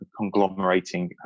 conglomerating